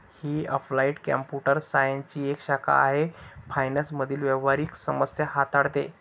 ही applied computer सायन्सची एक शाखा आहे फायनान्स मधील व्यावहारिक समस्या हाताळते